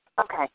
Okay